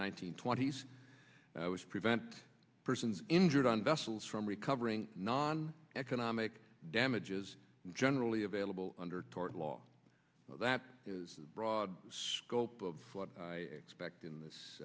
hundred twenty s i was prevent persons injured on vessels from recovering non economic damages generally available under tort law that is a broad scope of what i expect in this